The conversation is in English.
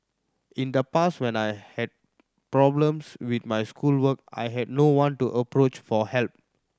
in the past when I had problems with my schoolwork I had no one to approach for help